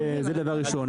נכון, זה דבר ראשון.